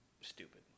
stupid